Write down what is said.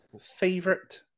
Favorite